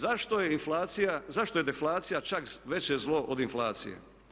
Zašto je inflacija, zašto je deflacija čak veće zlo od inflacije?